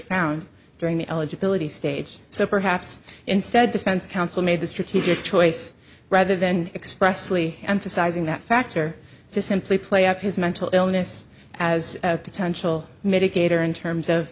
found during the eligibility stage so perhaps instead defense counsel made the strategic choice rather than expressly emphasizing that factor to simply play up his mental illness as a potential mitigator in terms of